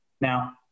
Now